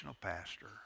pastor